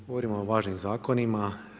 Govorimo o važnim zakonima.